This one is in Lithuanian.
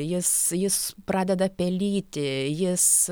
jis jis pradeda pelyti jis